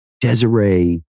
Desiree